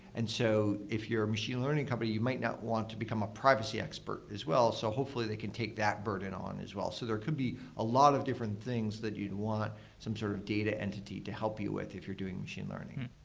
and so if you're a machine learning company, you might not want to become a privacy expert as well. so hopefully, they can take that burden on as well. so there could be a lot of different things that you'd want some sort of data entity to help you with if you're doing machine learning.